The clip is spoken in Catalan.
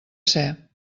ser